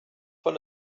von